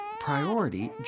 priority